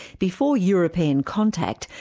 before european contact,